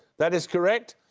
that is correct.